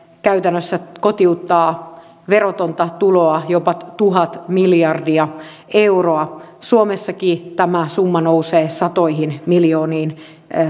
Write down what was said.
käytännössä kotiuttaa verotonta tuloa jopa tuhat miljardia euroa suomessakin tämä summa nousee satoihin miljooniin